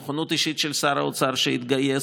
נכונות אישית של שר האוצר שהתגייס,